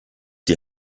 die